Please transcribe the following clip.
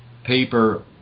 paper